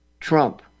Trump